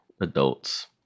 adults